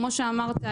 כמו שאמרת,